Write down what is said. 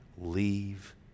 leave